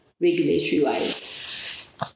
regulatory-wise